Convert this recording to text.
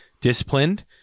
disciplined